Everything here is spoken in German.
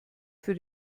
für